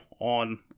on